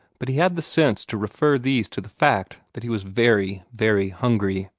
but he had the sense to refer these to the fact that he was very, very hungry.